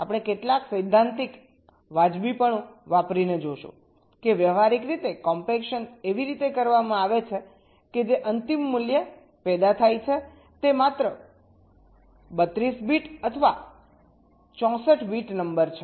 આપણે કેટલાક સૈદ્ધાંતિક વાજબીપણું વાપરીને જોશું કે વ્યવહારિક રીતે કોમ્પેક્શન એવી રીતે કરવામાં આવે છે કે જે અંતિમ મૂલ્ય પેદા થાય છે તે માત્ર 32 બીટ અથવા 64 બીટ નંબર છે